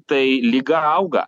tai liga auga